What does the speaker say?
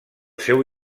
seu